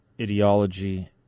ideology